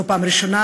זו לא פעם ראשונה,